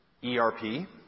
ERP